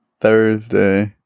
Thursday